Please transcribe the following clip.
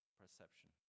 perception